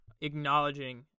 acknowledging